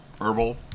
herbal